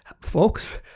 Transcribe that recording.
folks